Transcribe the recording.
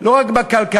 לא רק בכלכלה,